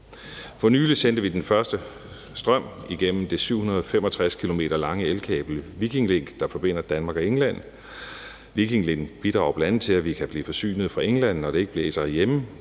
For nylig sendte vi den første strøm igennem det 765 km lange elkabel Viking Link, der forbinder Danmark og England. Viking Link bidrager bl.a. til, at vi kan blive forsynet fra England, når det ikke blæser herhjemme.